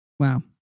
Wow